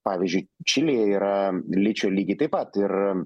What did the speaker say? pavyzdžiui čilėje yra ličio lygiai taip pat ir